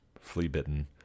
flea-bitten